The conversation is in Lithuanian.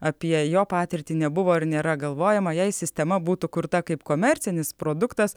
apie jo patirtį nebuvo ar nėra galvojama jei sistema būtų kurta kaip komercinis produktas